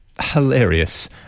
hilarious